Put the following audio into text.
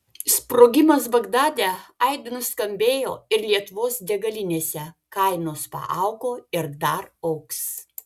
sprogimas bagdade aidu nuskambėjo ir lietuvos degalinėse kainos paaugo ir dar augs